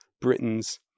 Britain's